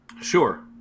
Sure